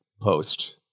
Post